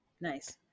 Nice